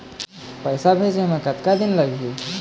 पैसा भेजे मे कतका दिन लगही?